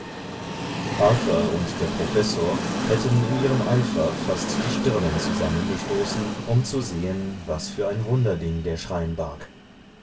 und der professor hätten in ihrem eifer fast die stirnen zusammengestoßen um zu sehen was für ein wunderding der schrein barg